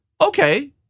Okay